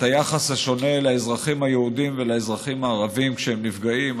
את היחס השונה לאזרחים היהודים ולאזרחים הערבים כשהם נפגעים.